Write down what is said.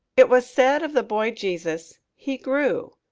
it was said of the boy jesus, he grew.